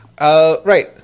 Right